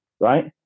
right